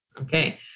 okay